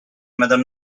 madame